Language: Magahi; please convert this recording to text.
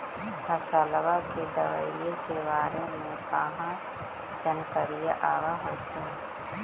फसलबा के दबायें के बारे मे कहा जानकारीया आब होतीन?